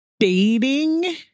dating